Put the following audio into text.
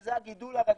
שזה הגידול הרגיל,